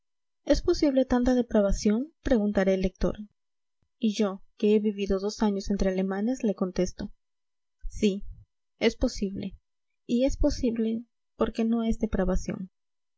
es posible tanta depravación preguntará el lector y yo que he vivido dos años entre alemanes le contesto sí es posible y es posible porque no es